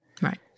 Right